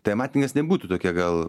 tai amatininkas nebūtų tokia gal